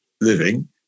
living